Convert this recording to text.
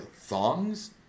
Thongs